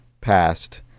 past